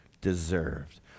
deserved